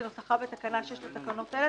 כנוסחה בתקנה 6 לתקנות אלה,